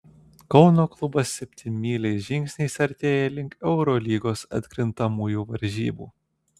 kauno klubas septynmyliais žingsniais artėja link eurolygos atkrintamųjų varžybų